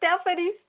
Stephanie